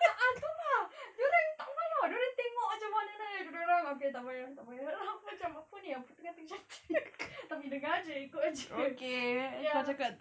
a'ah tu lah dorang tak payah dorang tengok dorang okay tak payah tak payah aku macam apa ni apa tengah terjadi tapi dengar jer ikut jer ya